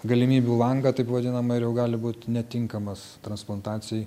galimybių langą taip vadinamą ir jau gali būt netinkamas transplantacijai